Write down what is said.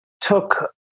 took